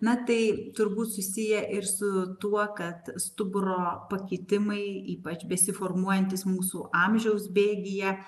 na tai turbūt susiję ir su tuo kad stuburo pakitimai ypač besiformuojantis mūsų amžiaus bėgyje